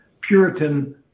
Puritan